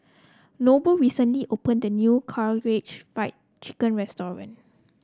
Noble recently opened a new Karaage Fried Chicken